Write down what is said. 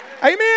Amen